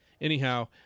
Anyhow